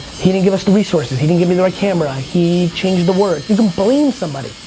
he didn't give us the resources, he didn't give me the right camera. he changed the words, you can blame somebody.